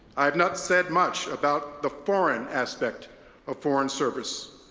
i have not said much about the foreign aspect of foreign service,